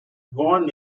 born